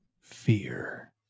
fear